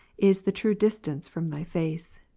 is the true distance from thy face,